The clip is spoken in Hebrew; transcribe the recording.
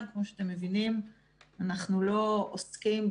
אז צריך לומר